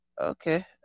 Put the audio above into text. okay